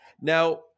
Now